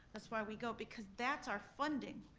that's why we go because that's our funding.